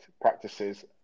practices